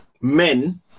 men